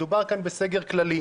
מדובר כאן בסגר כללי.